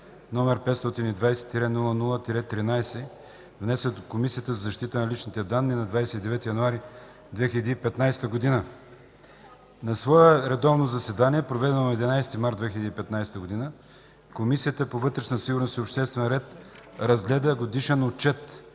г., № 520-00-13, внесен от Комисията за защита на личните данни на 29 януари 2015 г. На свое редовно заседание, проведено на 11 март 2015 г., Комисията по вътрешна сигурност и обществен ред разгледа Годишен отчет